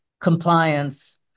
compliance